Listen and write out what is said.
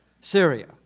Syria